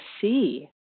see